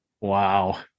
Wow